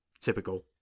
Typical